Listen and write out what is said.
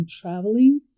traveling